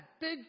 big